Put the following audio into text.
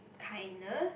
kindness